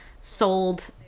sold